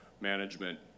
management